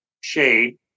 shade